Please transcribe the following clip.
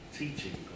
teaching